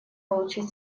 получить